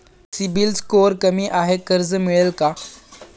CIBIL score कमी आहे कर्ज मिळेल का?